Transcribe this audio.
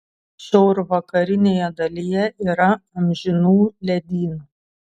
šiaurvakarinėje dalyje yra amžinų ledynų